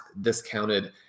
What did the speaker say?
discounted